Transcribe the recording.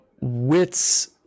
wits